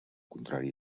contrari